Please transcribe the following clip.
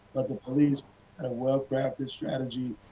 but the police in a well crafted strategy,